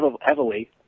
heavily